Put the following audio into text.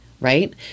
right